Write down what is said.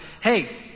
hey